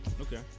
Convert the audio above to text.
okay